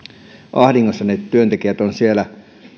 ahdingossa ne työntekijät ovat siellä